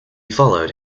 followed